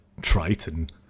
Triton